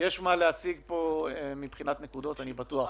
יש מה להציג פה מבחינת נקודות, אני בטוח.